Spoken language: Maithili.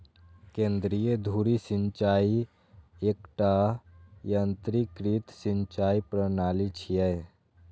केंद्रीय धुरी सिंचाइ एकटा यंत्रीकृत सिंचाइ प्रणाली छियै